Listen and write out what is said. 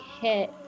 hit